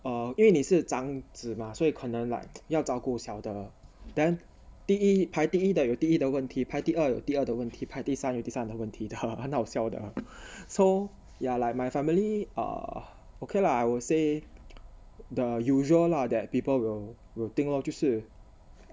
uh 因为你是长子嘛所以可能 like 要照顾小的 then 第一排第一的有第一的问题排第二有第二个问题排第三的有第三的问题的很好笑的 so ya like my family err okay lah I would say the usual lah that people will think lor 就是